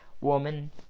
woman